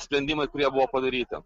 sprendimai kurie buvo padaryti